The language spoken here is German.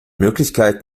möglichkeit